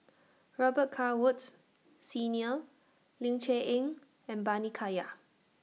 Robet Carr Woods Senior Ling Cher Eng and Bani Haykal